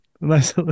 Nice